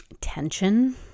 tension